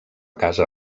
casa